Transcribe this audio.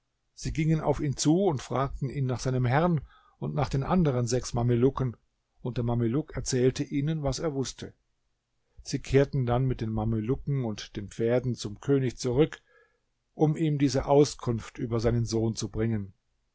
sie gingen auf ihn zu und fragten ihn nach seinem herrn und nach den anderen sechs mamelucken und der mameluck erzählte ihnen was er wußte sie kehrten dann mit dem mamelucken und den pferden zum könig zurück um ihm diese auskunft über seinen sohn zu bringen